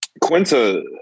Quinta